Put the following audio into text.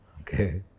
okay